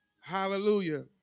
Hallelujah